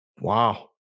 Wow